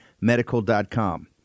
medical.com